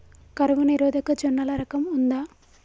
కరువు నిరోధక జొన్నల రకం ఉందా?